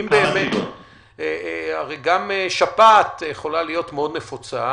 הרי גם שפעת יכולה להיות מאוד נפוצה,